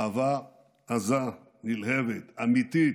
אהבה עזה, נלהבת, אמיתית,